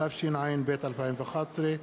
התשע"ב 2011,